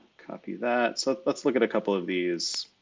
copy that. so let's look at a couple of these